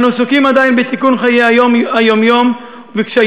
אנו עסוקים עדיין בתיקון חיי היום-יום וקשייהם,